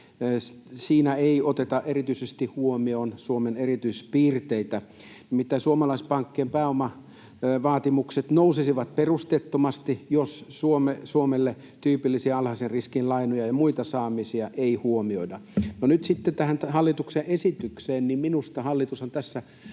siinä ei oteta erityisesti huomioon Suomen erityispiirteitä: miten suomalaispankkien pääomavaatimukset nousisivat perusteettomasti, jos Suomelle tyypillisiä alhaisen riskin lainoja ja muita saamisia ei huomioida. No nyt sitten tähän hallituksen esitykseen. Minusta hallitus on tässä